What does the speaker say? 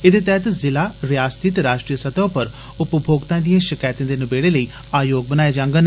एहदे तैहत जिला रियासती ते राश्ट्रीय स्तह उप्पर उपभोक्ताएं दिएं षकैतें दे नबेड़े लेई आयोग बनाए जांगन